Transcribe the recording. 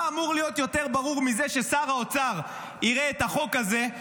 מה אמור להיות יותר ברור מזה ששר האוצר יראה את החוק הזה,